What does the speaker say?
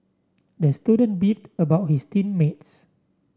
the student beefed about his team mates